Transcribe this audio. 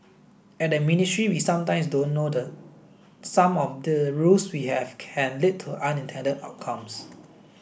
at the ministry we sometimes don't know that some of the rules we have can lead to unintended outcomes